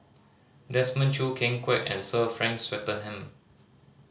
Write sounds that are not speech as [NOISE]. Desmond Choo Ken Kwek and Sir Frank Swettenham [NOISE]